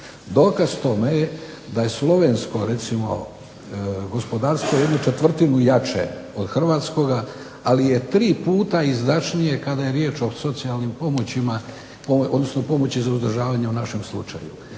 Dokaz tome je da je slovensko recimo gospodarstvo jednu četvrtinu jače od hrvatskoga, ali je tri puta izdašnije kada je riječ o socijalnim pomoćima, odnosno pomoći za uzdržavanje u našem slučaju.